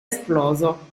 esploso